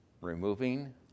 removing